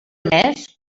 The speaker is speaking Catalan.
més